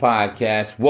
Podcast